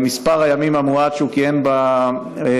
במספר הימים המועט שהוא כיהן במשרד,